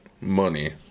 money